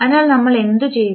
അതിനാൽ നമ്മൾഎന്തു ചെയ്യും